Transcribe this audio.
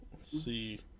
see